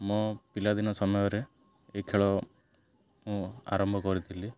ମୋ ପିଲାଦିନ ସମୟରେ ଏଇ ଖେଳ ମୁଁ ଆରମ୍ଭ କରିଥିଲି